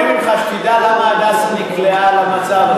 אני מצפה ממך שתדע למה "הדסה" נקלע למצב הזה.